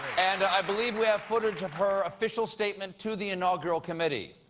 and i believe we have footage of her official statement to the inaugural committee.